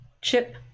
Chip